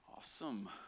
Awesome